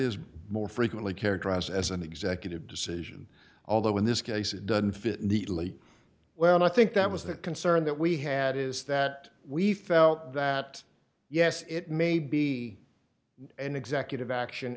is more frequently characterized as an executive decision although in this case it doesn't fit neatly well and i think that was the concern that we had is that we felt that yes it may be an executive action